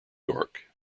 york